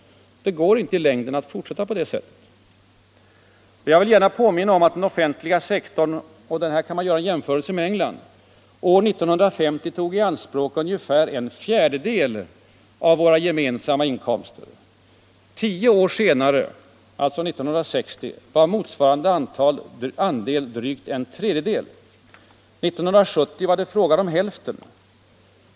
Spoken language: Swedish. Det går inte i längden att fortsätta på det sättet. Jag vill gärna påminna om att den offentliga sektorn — och här kan man göra en jämförelse med England — år 1950 tog i anspråk ungefär en fjärdedel av våra gemensamma inkomster. Tio år senare, alltså 1960, var motsvarande andel drygt en tredjedel. 1970 var det fråga om hälften.